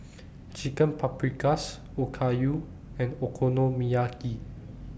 Chicken Paprikas Okayu and Okonomiyaki